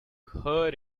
hurt